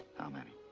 how many?